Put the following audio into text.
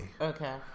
Okay